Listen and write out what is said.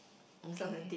okay